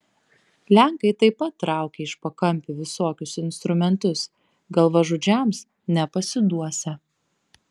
lenkai taip pat traukia iš pakampių visokius instrumentus galvažudžiams nepasiduosią